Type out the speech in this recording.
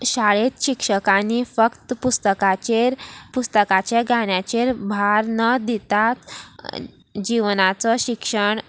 शाळेंत शिक्षकांनी फक्त पुस्तकाचेर पुस्तकाचे गाण्याचेर भार न दितात जिवनाचो शिक्षण